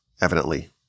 evidently